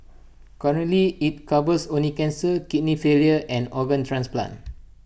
currently IT covers only cancer kidney failure and organ transplant